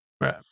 Right